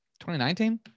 2019